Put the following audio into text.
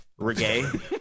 Reggae